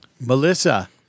Melissa